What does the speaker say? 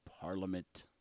parliament